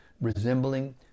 resembling